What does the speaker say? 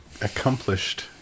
accomplished